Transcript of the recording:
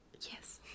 Yes